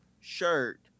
shirt